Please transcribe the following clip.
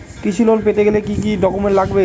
কৃষি লোন পেতে গেলে কি কি ডকুমেন্ট লাগবে?